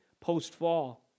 post-fall